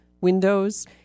windows